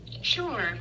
Sure